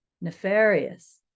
nefarious